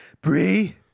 Bree